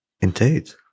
Indeed